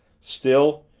still,